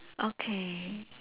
okay